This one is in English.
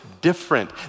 different